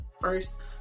first